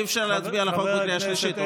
אי-אפשר להצביע על החוק בקריאה שלישית.